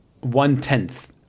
one-tenth